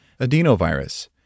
adenovirus